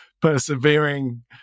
persevering